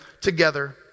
together